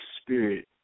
spirit